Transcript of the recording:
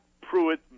Pruitt